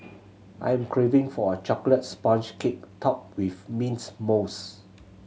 I am craving for a chocolate sponge cake topped with mints mousse